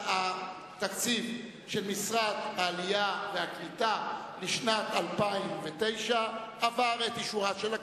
שהתקציב של המשרד לקליטת העלייה לשנת 2009 עבר את אישורה של הכנסת.